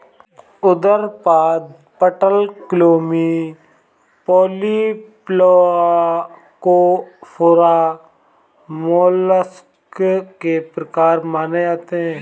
उदरपाद, पटलक्लोमी, Polyplacophora, mollusc के प्रकार माने जाते है